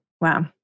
Wow